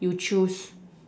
you choose